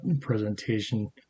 presentation